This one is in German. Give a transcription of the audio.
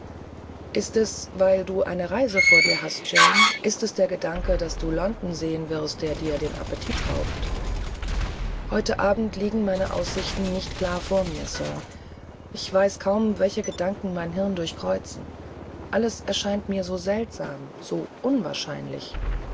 ist es weil du eine reise vor dir hast jane ist es der gedanke daß du london sehen wirst der dir den appetit raubt heute abend liegen meine aussichten nicht klar vor mir sir und ich weiß kaum welche gedanken mein hirn durchkreuzen alles erscheint mir so seltsam so unwahrscheinlich